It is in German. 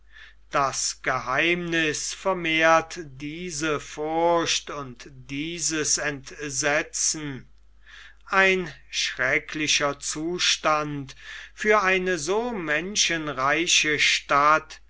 das geheimniß vermehrt diese furcht und dieses entsetzen ein schrecklicher zustand für eine so menschenreiche stadt